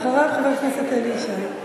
ואחריו, חבר הכנסת אלי ישי.